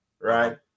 right